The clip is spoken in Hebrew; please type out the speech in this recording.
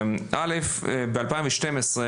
ב-2012,